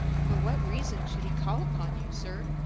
for what reason should he call upon you, sir?